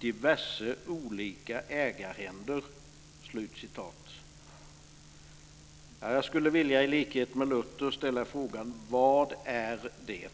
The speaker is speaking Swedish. "diverse olika ägarhänder". Jag skulle, i likhet med Luther, vilja ställa frågan: Vad är det?